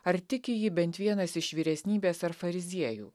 ar tiki jį bent vienas iš vyresnybės ar fariziejų